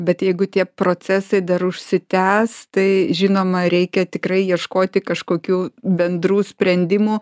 bet jeigu tie procesai dar užsitęs tai žinoma reikia tikrai ieškoti kažkokių bendrų sprendimų